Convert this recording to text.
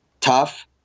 tough